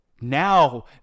now